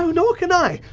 so nor can i.